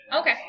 Okay